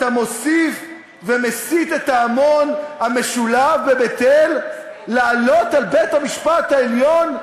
אתה מוסיף ומסית את ההמון המשולהב בבית-אל לעלות על בית-המשפט העליון?